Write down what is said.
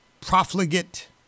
profligate